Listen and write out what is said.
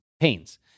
pains